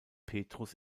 petrus